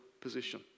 position